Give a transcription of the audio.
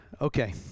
Okay